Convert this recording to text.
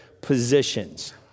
positions